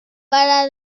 para